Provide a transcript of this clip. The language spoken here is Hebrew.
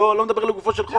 אפילו לא לגופו של חוק.